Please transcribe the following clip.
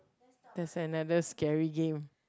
is another scary game